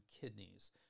kidneys